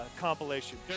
compilation